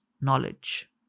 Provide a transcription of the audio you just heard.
knowledge